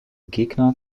gegner